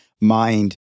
mind